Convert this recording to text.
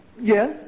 Yes